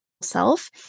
self